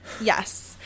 Yes